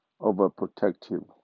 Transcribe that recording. overprotective